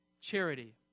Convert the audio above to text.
charity